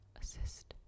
assist